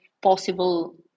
possible